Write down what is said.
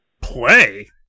Play